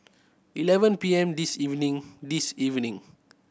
eleven P M this evening this evening